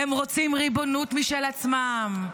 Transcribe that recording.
הם רוצים ריבונות משל עצמם.